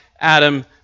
Adam